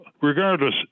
regardless